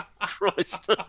Christ